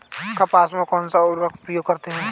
कपास में कौनसा उर्वरक प्रयोग करते हैं?